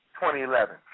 2011